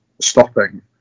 stopping